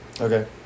Okay